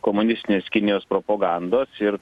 komunistinės kinijos propagandos ir